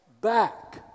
back